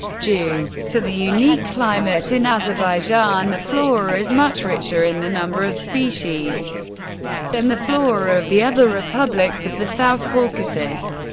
due to the unique climate in azerbaijan, the flora is much richer in the number of species than the flora of the other republics of the south caucasus.